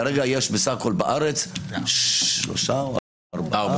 כרגע יש בסך הכול בארץ שלושה או ארבעה.